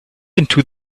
into